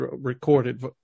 recorded